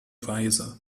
weise